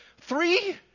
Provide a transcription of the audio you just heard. three